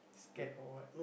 scared or what